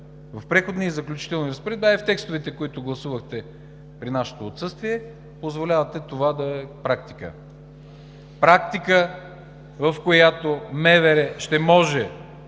в Преходните и заключителни разпоредби и в текстовете, които гласувахте при нашето отсъствие, позволявате това да е практика. Практика, в която Министерството